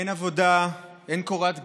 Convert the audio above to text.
אין עבודה, אין קורת גג,